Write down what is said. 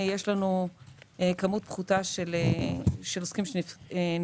יש לנו כמות פחותה של עוסקים שנפגעו,